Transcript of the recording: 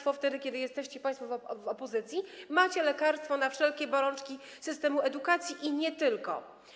Wtedy kiedy jesteście państwo w opozycji, macie lekarstwo na wszelkie bolączki systemu edukacji i nie tylko.